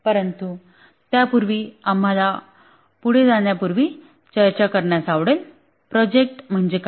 परंतु त्यापूर्वी आम्हाला पुढे जाण्यापूर्वी चर्चा करण्यास आवडेल प्रोजेक्ट म्हणजे काय